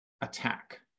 attack